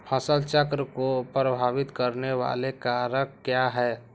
फसल चक्र को प्रभावित करने वाले कारक क्या है?